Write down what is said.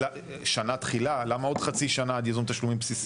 שנה תחילה למה עוד חצי שנה עד ייזום תשלומים בסיסי?